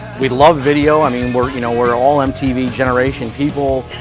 we love video, i mean we're you know we're all mtv generation people.